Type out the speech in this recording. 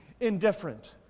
indifferent